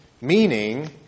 meaning